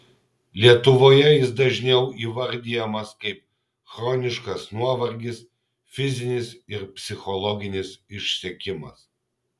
lietuvoje jis dažniau įvardijamas kaip chroniškas nuovargis fizinis ir psichologinis išsekimas